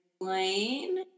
explain